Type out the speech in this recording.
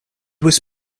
was